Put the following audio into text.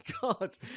God